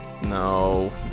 No